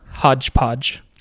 hodgepodge